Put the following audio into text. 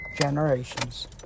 generations